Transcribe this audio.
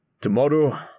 Tomorrow